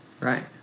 Right